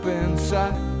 inside